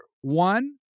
One